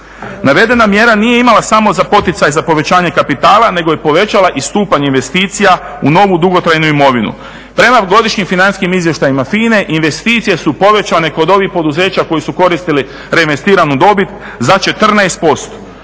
Navedena mjera nije imala samo za poticaj za povećanje kapitala nego je povećala i stupanj investicija u novu dugotrajnu imovinu. Prema godišnjim financijskim izvještajima FINA-e investicije su povećane kod ovih poduzeća koji su koristili reinvestiranu dobit za 14%